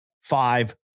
five